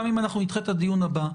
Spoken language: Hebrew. גם אם אנחנו נדחה את הדיון הבא.